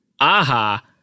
AHA